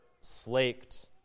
slaked